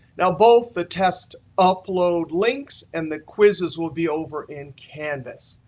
now both the test upload links and the quizzes will be over in canvas.